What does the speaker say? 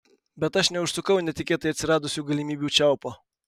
bet aš neužsukau netikėtai atsiradusių galimybių čiaupo